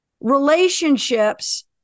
relationships